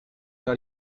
are